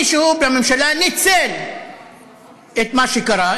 מישהו בממשלה ניצל את מה שקרה,